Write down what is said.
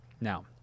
Now